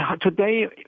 Today